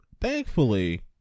thankfully